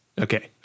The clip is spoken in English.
Okay